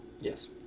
Yes